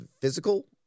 physical